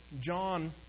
John